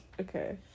Okay